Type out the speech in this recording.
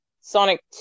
Sonic